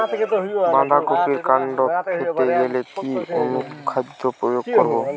বাঁধা কপির কান্ড ফেঁপে গেলে কি অনুখাদ্য প্রয়োগ করব?